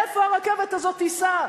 לאיפה הרכבת הזאת תיסע?